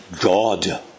God